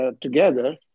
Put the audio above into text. together